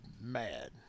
mad